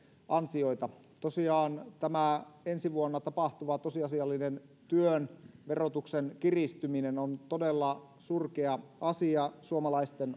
ansioita tosiaan tämä ensi vuonna tapahtuva tosiasiallinen työn verotuksen kiristyminen on todella surkea asia suomalaisten